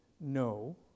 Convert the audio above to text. No